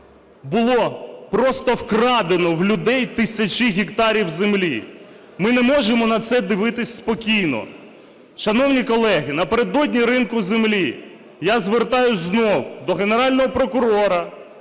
було просто вкрадено в людей тисячі гектарів землі. Ми не можемо на це дивитися спокійно. Шановні колеги, напередодні ринку землі я звертаюсь знов до Генерального прокурора,